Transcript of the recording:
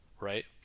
right